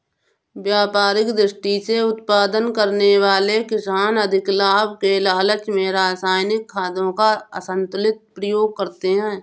व्यापारिक दृष्टि से उत्पादन करने वाले किसान अधिक लाभ के लालच में रसायनिक खादों का असन्तुलित प्रयोग करते हैं